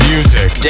Music